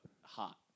hot